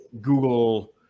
Google